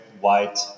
white